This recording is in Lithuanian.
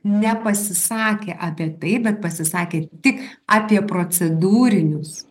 nepasisakė apie tai bet pasisakė tik apie procedūrinius